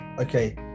okay